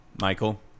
Michael